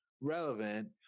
relevant